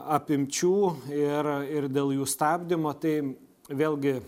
apimčių ir ir dėl jų stabdymo tai vėlgi